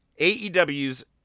AEW's